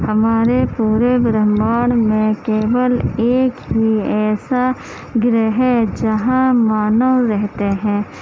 ہمارے پورے برہمانڈ میں ایک ہی ایسا گَرہ ہے جہاں مانو رہتے ہیں